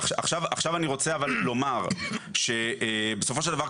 עכשיו אני רוצה אבל לומר שבסופו של דבר,